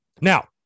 Now